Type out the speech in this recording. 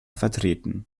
vertreten